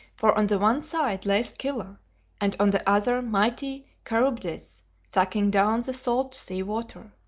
for on the one side lay scylla and on the other mighty charybdis sucking down the salt sea water.